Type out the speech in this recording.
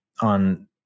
on